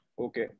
Okay